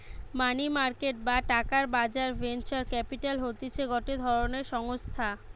মানি market বা টাকার বাজার ভেঞ্চার ক্যাপিটাল হতিছে গটে ধরণের সংস্থা